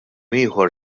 ieħor